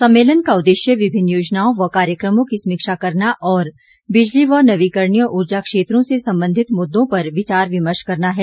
सम्मेलन का उद्देश्य विभिन्न योजनाओं व कार्यक्रमों की समीक्षा करना और बिजली व नवीकरणीय ऊर्जा क्षेत्रों से संबंधित मुद्दों पर विचार विमर्श करना है